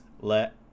let